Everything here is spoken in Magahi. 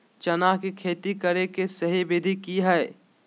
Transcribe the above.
चना के खेती करे के सही विधि की हय?